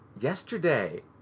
yesterday